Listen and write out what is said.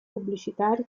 pubblicitari